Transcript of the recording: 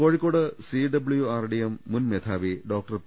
Kozhikode C W R D M മുൻ മേധാവി doctor P